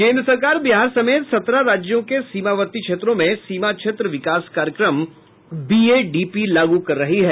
केन्द्र सरकार बिहार समेत सत्रह राज्यों के सीमावर्ती क्षेत्रों में सीमा क्षेत्र विकास कार्यक्रम बीएडीपी लागू कर रही है